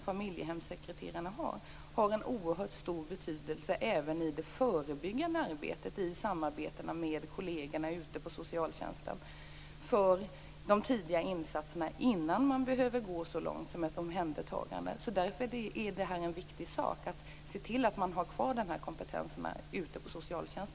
Familjehemssekreterarnas kompetens har en oerhört stor betydelse även i det förebyggande arbetet i samverkan med kollegerna ute i socialtjänsten, innan man behöver gå så långt som till ett omhändertagande. Det är därför viktigt att man har kvar denna kompetens i kommunernas socialtjänst.